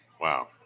Wow